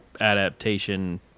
adaptation